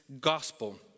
gospel